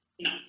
No